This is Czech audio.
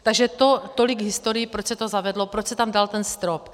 Takže tolik k historii, proč se to zavedlo, proč se tam dal ten strop.